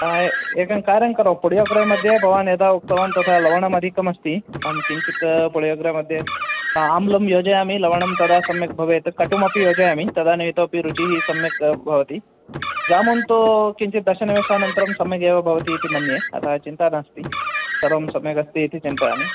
एकं कार्यं करोमि पुडियोग्रे मध्ये भवान् यदा उक्तवान् तथा लवणम् अधिकमस्ति अहं किञ्चित् पुडियोग्रे मध्ये आम्लं योजयामि लवणं तदा सम्यक् भवेत् कटुपि योजयामि तदानीं इतोपि रुचिः सम्यक् भवति जामून् तु किञ्चित् दशनिमिषानन्तरं सम्यगेव भवति इति मन्ये अतः चिन्ता नास्ति सर्वं सम्यगस्ति इति चिन्तयामि